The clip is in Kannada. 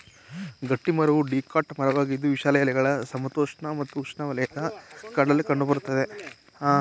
ಗಟ್ಟಿಮರವು ಡಿಕಾಟ್ ಮರವಾಗಿದ್ದು ವಿಶಾಲ ಎಲೆಗಳ ಸಮಶೀತೋಷ್ಣ ಮತ್ತು ಉಷ್ಣವಲಯದ ಕಾಡಲ್ಲಿ ಕಂಡುಬರ್ತವೆ